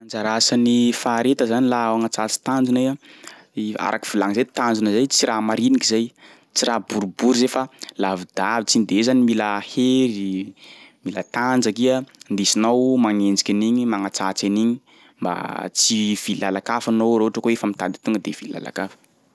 Anjara asan'ny fahareta zany laha agnatsatsy tanjona iha, araky volany zay tanjona zay tsy raha mariniky zay, tsy raha boribory zay fa lavidavitsy igny de iha zany mila hery, mila tanjaky iha ndesinao magnenjiky an'igny magnatsatsy an'igny mba tsy hivily làlan-kafa anao raha ohatra ka hoe fa mitady tonga de hivily làlan-kafa.